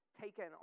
taken